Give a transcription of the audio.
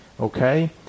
okay